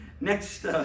Next